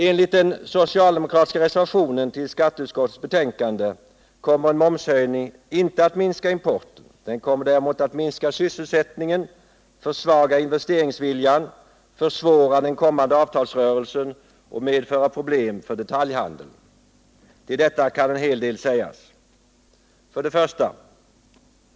Enligt den socialdemokratiska reservationen till skatteutskottets betänkande kommer en momshöjning inte att minska importen. Den kommer däremot att minska sysselsättningen, försvaga investeringsviljan, försvåra den kommande avtalsrörelsen och medföra problem för detaljhandeln. Till detta kan en hel del sägas: 1.